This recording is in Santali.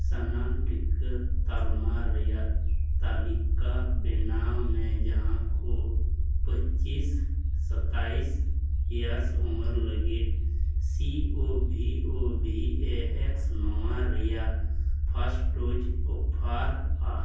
ᱥᱟᱱᱟᱢ ᱴᱤᱠᱟᱹ ᱛᱟᱞᱢᱟ ᱨᱮᱭᱟᱜ ᱛᱟᱹᱞᱤᱠᱟ ᱵᱮᱱᱟᱣ ᱢᱮ ᱡᱟᱦᱟᱸ ᱠᱚ ᱯᱚᱸᱪᱤᱥ ᱥᱟᱛᱛᱟᱭᱤᱥ ᱤᱭᱟᱨᱥ ᱩᱢᱮᱨ ᱞᱟᱹᱜᱤᱫ ᱥᱤ ᱳ ᱵᱷᱤ ᱳ ᱮ ᱮᱠᱥ ᱱᱚᱣᱟ ᱨᱮᱭᱟᱜ ᱯᱷᱟᱥᱴ ᱰᱳᱡᱽ ᱚᱯᱷᱟᱨᱟ